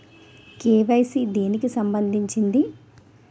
KYC దేనికి సంబందించింది?